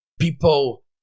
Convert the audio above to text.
people